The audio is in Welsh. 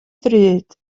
ddrud